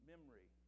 memory